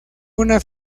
una